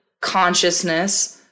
consciousness